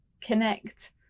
connect